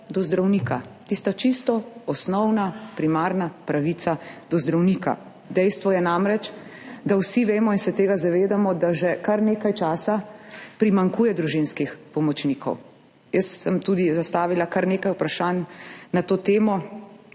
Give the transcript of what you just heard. do zdravnika, tista čisto osnovna, primarna pravica do zdravnika. Dejstvo je namreč, da vsi vemo in se zavedamo tega, da že kar nekaj časa primanjkuje družinskih pomočnikov. Jaz sem tudi zastavila kar nekaj vprašanj na to temo,